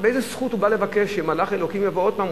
באיזו זכות הוא בא לבקש שמלאך אלוקים יבוא עוד פעם?